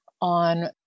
on